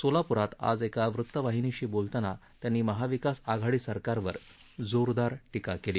सोलापुरात आज एका वृत्तवाहिनीशी बोलताना त्यांनी महाविकास आघाडी सरकारवर जोरदार टीका केली